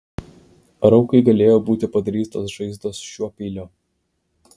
ar aukai galėjo būti padarytos žaizdos šiuo peiliu